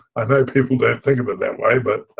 i know people don't think but that way but